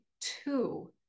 two